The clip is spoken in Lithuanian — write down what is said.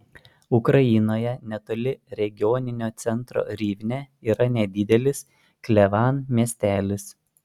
ukrainoje netoli regioninio centro rivne yra nedidelis klevan miestelis